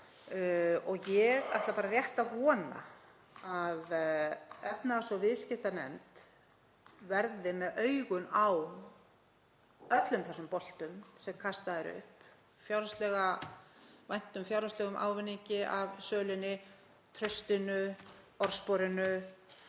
Ég ætla bara rétt að vona að efnahags- og viðskiptanefnd verði með augun á öllum þessum boltum sem kastað er upp; væntum fjárhagslegum ávinningi af sölunni, traustinu, orðsporinu,